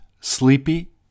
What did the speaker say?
sleepy